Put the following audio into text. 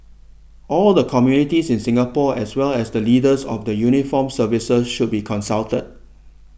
all the communities in Singapore as well as the leaders of the uniformed services should be consulted